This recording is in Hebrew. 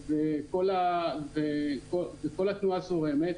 וכל התנועה זורמת,